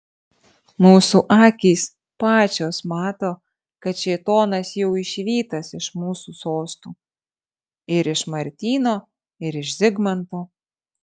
mūsų akys pačios mato kad šėtonas jau išvytas iš mūsų sostų ir iš martyno ir iš zigmanto